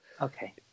Okay